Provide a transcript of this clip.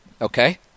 Okay